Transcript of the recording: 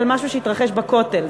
על משהו שהתרחש בכותל.